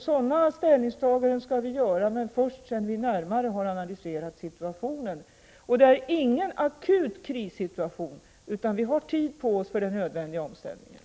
Sådana ställningstaganden skall vi göra, men först sedan vi närmare har analyserat situationen. Det är ingen akut krissituation, utan vi har tid på oss för den nödvändiga omställningen.